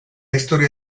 historia